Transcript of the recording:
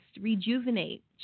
rejuvenate